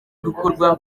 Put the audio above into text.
gukorwa